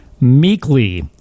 meekly